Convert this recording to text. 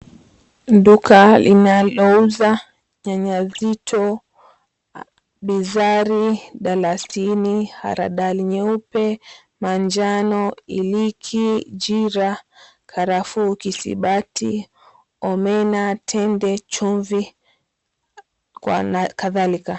Duka linalouza nyanya zito, bizari, dalasini, haradali nyeupe, manjano, iliki, jira, karafuu, kisibati, omena, tende, chumvi na kadhalika.